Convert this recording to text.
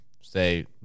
Say